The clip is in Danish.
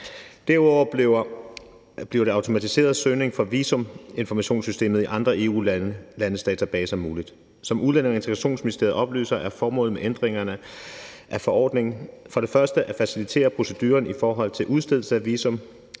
Derudover bliver automatiseret søgning fra visuminformationssystemet i andre EU-landes databaser muligt. Som Udlændinge- og Integrationsministeriet oplyser, er formålet med ændringerne af forordningen for det første at facilitere proceduren i forhold til udstedelse af visum,